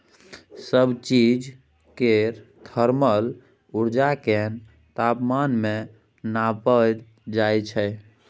सब चीज केर थर्मल उर्जा केँ तापमान मे नाँपल जाइ छै